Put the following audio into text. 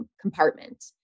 compartment